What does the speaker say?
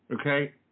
Okay